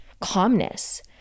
calmness